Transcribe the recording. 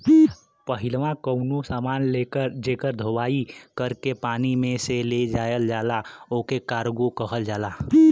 पहिलवा कउनो समान जेकर धोवाई कर के पानी में से ले जायल जाला ओके कार्गो कहल जाला